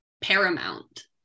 paramount